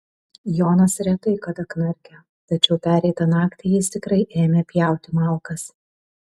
jonas retai kada knarkia tačiau pereitą naktį jis tikrai ėmė pjauti malkas